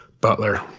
Butler